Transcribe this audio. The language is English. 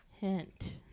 Hint